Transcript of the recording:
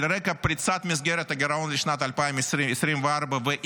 על רקע פריצת מסגרת הגירעון לשנת 2024 ואי-קידום